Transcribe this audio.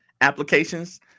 applications